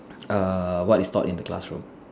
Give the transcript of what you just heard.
err what is taught in the classroom